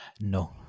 No